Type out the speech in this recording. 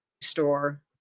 store